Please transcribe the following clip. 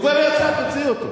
הוא כבר יצא, תוציא אותו.